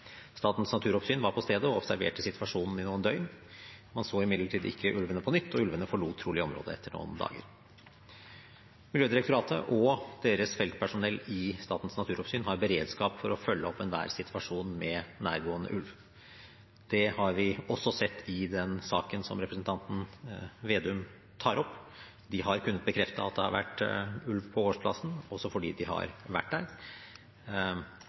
Statens naturoppsyn var på stedet og observerte situasjonen i noen døgn. Man så imidlertid ikke ulvene på nytt, og ulvene forlot trolig området etter noen dager. Miljødirektoratet og deres feltpersonell i Statens naturoppsyn har beredskap for å følge opp enhver situasjon med nærgående ulv. Det har vi også sett i den saken som representanten Slagsvold Vedum tar opp. De har kunnet bekrefte at det har vært ulv på gårdsplassen, også fordi de har vært der,